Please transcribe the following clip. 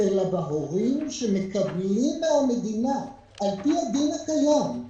אלא בהורים שמקבלים מהמדינה על-פי הדין הקיים,